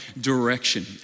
direction